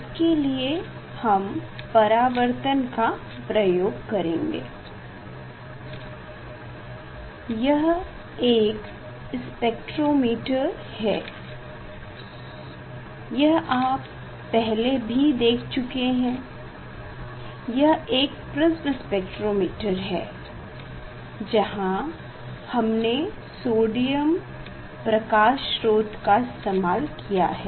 इसके लिए हम परावर्तन का उपयोग करेंगे यह एक स्पेक्ट्रोमीटर है यह आप पहले देख चुके हैं यह एक प्रिस्म स्पेक्ट्रोमीटर है जहां हमने सोडियम प्रकाश स्रोत का इस्तेमाल किया है